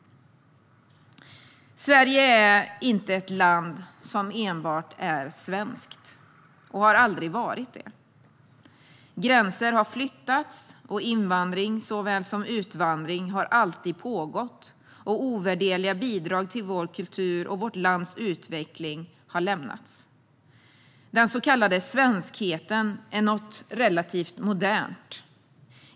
Sverige är inte ett land som enbart är svenskt och har aldrig varit det. Gränser har flyttats och invandring såväl som utvandring har alltid pågått, och ovärderliga bidrag till vår kultur och vårt lands utveckling har lämnats. Den så kallade svenskheten är något relativt modernt.